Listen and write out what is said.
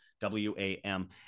W-A-M